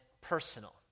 personal